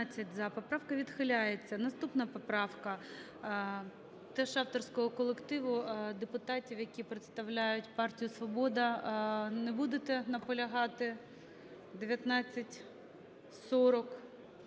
Поправка відхиляється. Наступна поправка. Теж авторського колективу депутатів, які представляють партію "Свобода". Не будете наполягати?